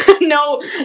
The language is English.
No